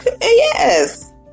Yes